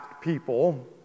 people